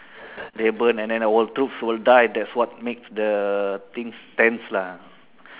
they burn and then our troops will die that's what makes the things tense lah